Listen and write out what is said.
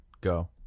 go